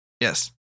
yes